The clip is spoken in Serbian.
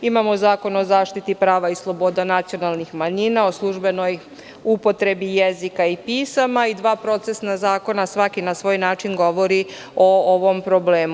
Imamo Zakon o zaštiti prava i sloboda nacionalnih manjina, o službenoj upotrebi jezika i pisama i dva procesna zakona i svaki na svoj način govore o ovom problemu.